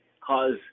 cause